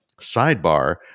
Sidebar